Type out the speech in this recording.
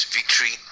Victory